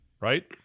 Right